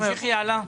תמשיכי הלאה.